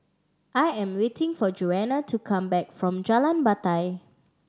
I am waiting for Jonna to come back from Jalan Batai